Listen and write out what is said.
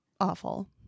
awful